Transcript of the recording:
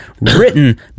written